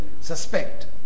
suspect